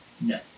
No